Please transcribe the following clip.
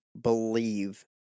believe